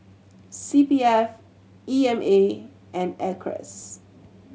C P F E M A and Acres